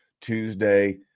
Tuesday